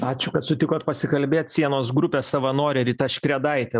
ačiū kad sutikot pasikalbėt sienos grupės savanorė rita škredaitė